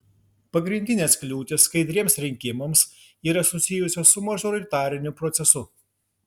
pagrindinės kliūtys skaidriems rinkimams yra susijusios su mažoritariniu procesu